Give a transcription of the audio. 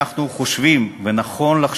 ואנחנו רואים שהגז לא מגיע